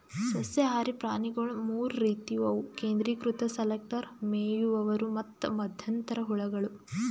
ಸಸ್ಯಹಾರಿ ಪ್ರಾಣಿಗೊಳ್ ಮೂರ್ ರೀತಿವು ಅವು ಕೇಂದ್ರೀಕೃತ ಸೆಲೆಕ್ಟರ್, ಮೇಯುವವರು ಮತ್ತ್ ಮಧ್ಯಂತರ ಹುಳಗಳು